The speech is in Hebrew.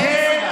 בנגב.